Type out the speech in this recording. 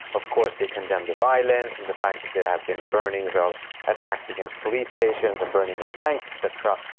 of course they condemned the violence and the fact that there have been burnings or attacks against police stations and burning of banks et cetera.